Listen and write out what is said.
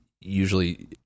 usually